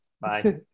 Bye